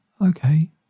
okay